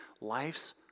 life's